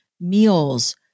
Meals